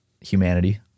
humanity